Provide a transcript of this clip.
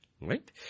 Right